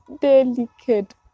delicate